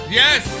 yes